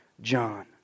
John